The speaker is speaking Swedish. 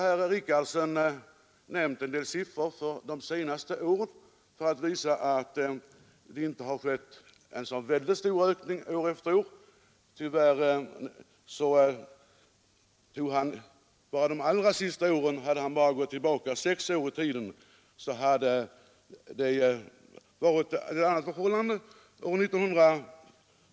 Herr Richardson har nämnt en del siffror från de senaste åren för att visa att ökningen inte har varit så väldigt stor år från år. Han åberopade mycket näraliggande siffror, men om han hade gått tillbaka sex år i tiden hade förhållandena varit annorlunda.